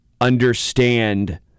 understand